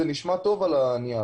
זה נשמע טוב על הנייר,